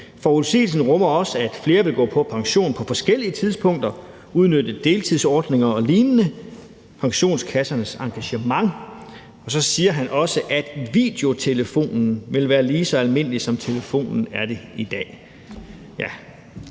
Forudsigelsen rummer også, at flere vil gå på pension på forskellige tidspunkter, udnytte deltidsordninger og lignende og pensionskassernes engagement, og så siger han også, at videotelefonen vil være lige så almindelig, som telefonen er det i dag – ja.